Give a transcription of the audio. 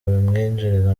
bimwinjiriza